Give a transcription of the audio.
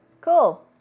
Cool